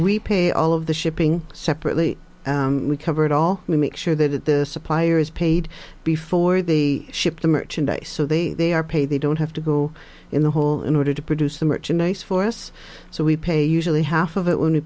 we pay all of the shipping separately we cover it all make sure that this supplier is paid before the ship the merchandise so they they are paid they don't have to go in the hole in order to produce the merchandise for us so we pay usually half of it when